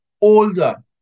older